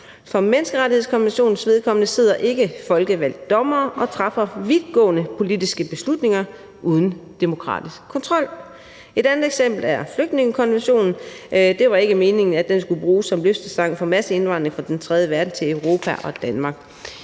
For menneskerettighedskonventionens vedkommende sidder ikkefolkevalgte dommere og træffer vidtgående politiske beslutninger uden demokratisk kontrol. Et andet eksempel er flygtningekonventionen. Det var ikke meningen, at den skulle bruges som løftestang for masseindvandring fra den tredje verden til Europa og Danmark.